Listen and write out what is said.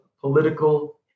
political